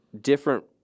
different –